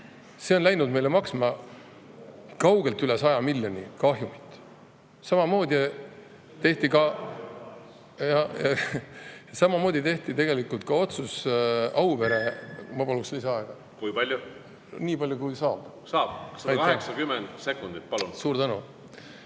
See on läinud meile maksma kaugelt üle 100 miljoni kahjumit. Samamoodi tehti tegelikult ka otsus Auvere … Ma palun lisaaega. Kui palju? Nii palju, kui saab. Saab 180 sekundit. Palun! Suur tänu!